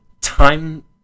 time